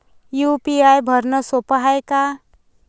UPI भरनं सोप हाय का?